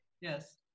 yes